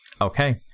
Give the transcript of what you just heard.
Okay